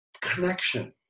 connection